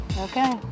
Okay